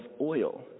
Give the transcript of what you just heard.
oil